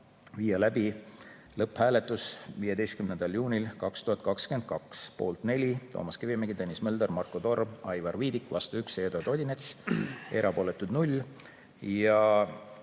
viia läbi lõpphääletus 15. juunil 2022. Poolt 4: Toomas Kivimägi, Tõnis Mölder, Marko Torm ja Aivar Viidik. Vastu 1: Eduard Odinets. Erapooletuid 0.